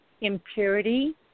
impurity